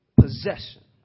possession